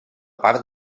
part